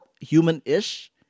human-ish